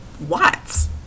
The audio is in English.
Watts